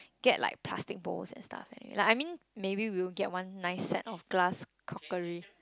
get like plastic bowls and stuff and like I mean maybe we'll get like one nice set of glass crockery